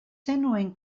zenuen